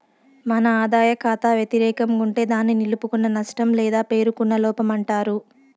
మన ఆదాయ కాతా వెతిరేకం గుంటే దాన్ని నిలుపుకున్న నష్టం లేదా పేరుకున్న లోపమంటారు